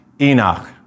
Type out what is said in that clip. Enoch